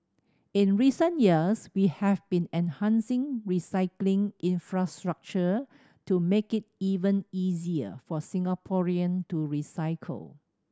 in recent years we have been enhancing recycling infrastructure to make it even easier for Singaporean to recycle